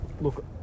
look